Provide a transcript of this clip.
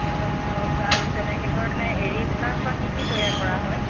তাৰপাছত আৰু তেনেকৈ ধৰণে এৰী সূতাৰপৰা কি কি তৈয়াৰ কৰা হয়